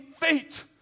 fate